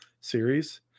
series